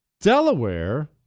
Delaware